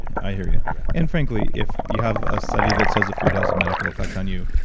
i hear you. yeah and frankly, if you have a study that says a food has a medical effect on you,